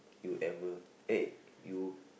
you ever eh you